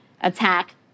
attack